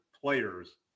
players